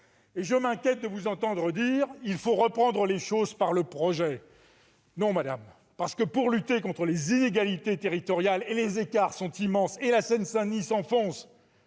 Je m'inquiète de vous entendre dire qu'il faut reprendre les choses par le projet. Non, madame la ministre ! En matière d'inégalités territoriales, les écarts sont immenses ; la Seine-Saint-Denis s'enfonce